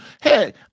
Hey